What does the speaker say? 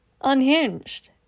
unhinged